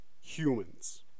humans